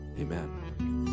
Amen